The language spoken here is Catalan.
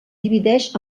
divideix